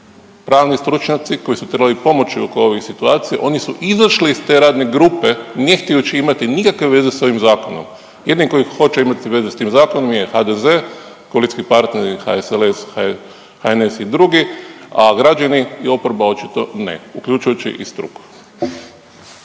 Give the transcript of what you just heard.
pravni stručnjaci koji su trebali pomoći oko ovih situacija, oni su izašli iz te radne grupe, ne htijući imati nikakve veze s ovim Zakonom. Jedini koji hoće imati veze s tim Zakonom je HDZ, koalicijski partneri HSLS, HNS i drugi, a građani i oporba očito ne, uključujući i struku.